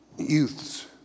Youths